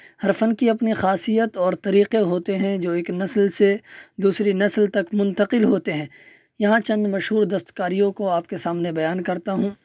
ہر فن کی اپنی خاصیت اور طریقے ہوتے ہیں جو ایک نسل سے دوسری نسل تک منتقل ہوتے ہیں یہاں چند مشہور دست کاریوں کو آپ کے سامنے بیان کرتا ہوں